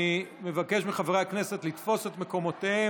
אני מבקש מחברי הכנסת לתפוס את מקומותיהם,